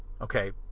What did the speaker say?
okay